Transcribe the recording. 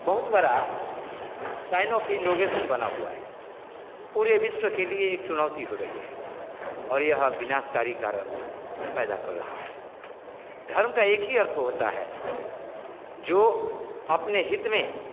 बहुत बड़ा sign of indigestion बना हुआ है पूरे विश्व के लिए एक चुनौती हो रही है और यह विनाशकारी कारण पैदा कर रहा है धर्म का एक ही अर्थ होता है जो अपने हित में